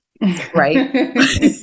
right